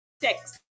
text